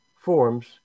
forms